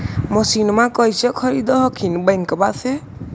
मसिनमा कैसे खरीदे हखिन बैंकबा से?